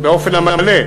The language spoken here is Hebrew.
באופן המלא,